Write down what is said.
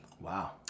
Wow